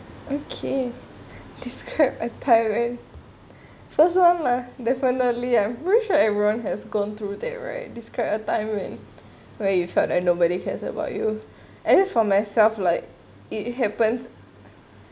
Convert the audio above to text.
okay describe a time when first on lah definitely I wish everyone has gone through that right describe a time when where you felt that nobody cares about you as for myself like it happens